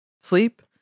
sleep